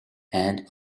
and